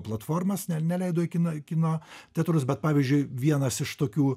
platformas net neleido į kiną kino teatrus bet pavyzdžiui vienas iš tokių